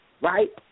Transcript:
right